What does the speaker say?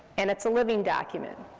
and it's a living document.